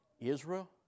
Israel